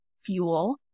fuel